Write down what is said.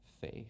faith